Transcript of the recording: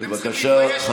אתם צריכים להתבייש בזה.